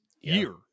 year